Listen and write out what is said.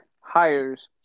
hires